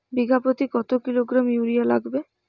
বিঘাপ্রতি কত kilogram urea লাগবে?